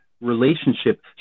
relationship